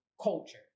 culture